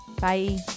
Bye